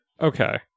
Okay